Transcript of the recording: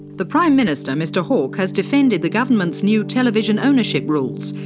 the prime minister mr hawke has defended the government's new television ownership rules,